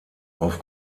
auf